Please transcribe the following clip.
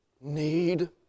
need